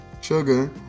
sugar